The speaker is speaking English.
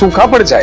so comfort yeah